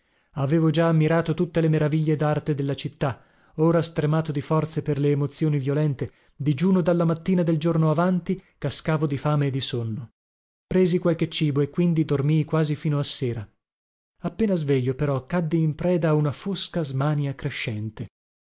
avevo già ammirato tutte le meraviglie darte della città ora stremato di forze per le emozioni violente digiuno dalla mattina del giorno avanti cascavo di fame e di sonno presi qualche cibo e quindi dormii quasi fino a sera appena sveglio però caddi in preda a una fosca smania crescente